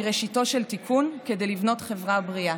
ראשיתו של תיקון כדי לבנות חברה בריאה.